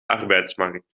arbeidsmarkt